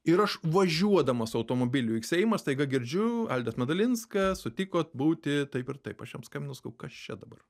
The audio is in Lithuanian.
ir aš važiuodamas automobiliu į seimą staiga girdžiu alvydas medalinskas sutiko būti taip ir taip aš jam skambinu sakau kas čia dabar